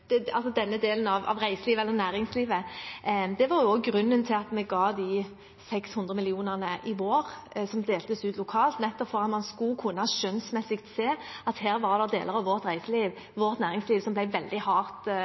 at vi ga 600 mill. kr i vår, som deltes ut lokalt – nettopp fordi man skjønnsmessig skulle kunne se at det her var deler av vårt reiseliv og næringsliv som ble veldig hardt